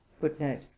footnote